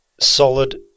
solid